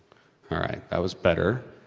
alright, that was better.